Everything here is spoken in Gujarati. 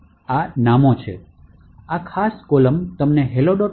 આ નામો છે આ ખાસ કોલમ તમને hello